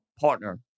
partner